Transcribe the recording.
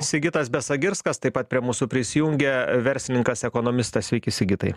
sigitas besagirskas taip pat prie mūsų prisijungia verslininkas ekonomistas sveiki sigitai